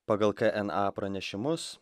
pagal k n a pranešimus